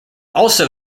also